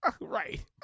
right